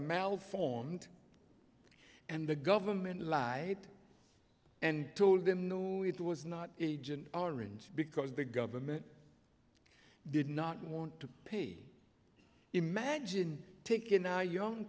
malformed and the government lied and told them no it was not agent orange because the government did not want to pay imagine taking our young